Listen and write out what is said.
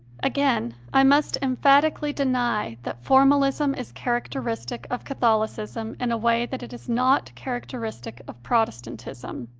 again, i must emphatically deny that formalism is characteristic of catholicism in a way that it is not characteristic of protestantism.